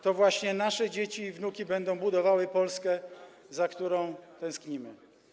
To właśnie nasze dzieci i wnuki będą budowały Polskę, za którą tęsknimy.